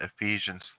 Ephesians